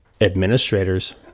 Administrators